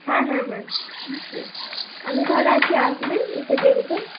হ্যাঁ হ্যাঁ হ্যাঁ নিশ্চয়ই আপনি তাহলে আজকে আসবেন এসে দেখবেন